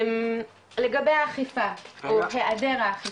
לגבי אכיפה, או היעדר האכיפה.